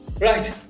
Right